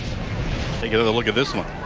take another look at this one.